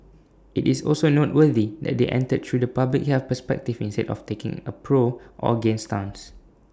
IT is also noteworthy that they entered through the public health perspective instead of taking A pro or against stance